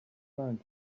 learned